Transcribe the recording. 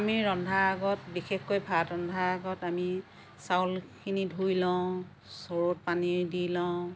আমি ৰন্ধা আগত বিশেষকৈ ভাত ৰন্ধা আগত আমি চাউলখিনি ধুই লওঁ চৰুত পানী দি লওঁ